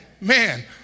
Man